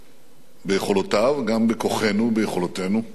ביכולותיו, גם בכוחנו, ביכולותינו,